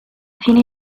fine